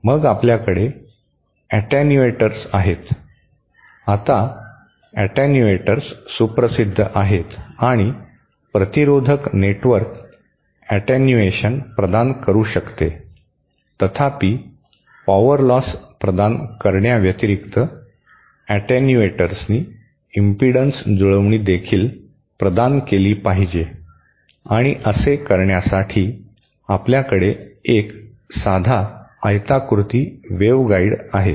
मग आपल्याकडे ऍटेन्युएटर्स आहेत आता ऍटेन्युएटर्स सुप्रसिद्ध आहेत आणि प्रतिरोधक नेटवर्क ऍटेन्युएशन प्रदान करू शकते तथापि पॉवर लॉस प्रदान करण्याव्यतिरिक्त ऍटेन्युएटर्सनी इम्पिडन्स जुळवणी देखील प्रदान केली पाहिजे आणि असे करण्यासाठी आपल्याकडे एक साधा आयताकृती वेव्हगाइड आहे